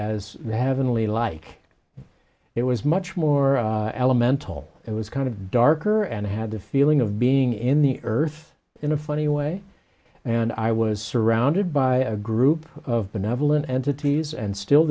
as heavenly like it was much more elemental it was kind of darker and i had the feeling of being in the earth in a funny way and i was surrounded by a group of benevolent entities and still